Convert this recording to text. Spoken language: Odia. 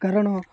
କାରଣ